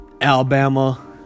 Alabama